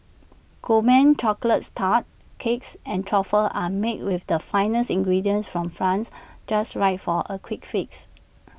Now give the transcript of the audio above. gourmet chocolates tarts cakes and truffles are made with the finest ingredients from France just right for A quick fix